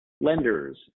lenders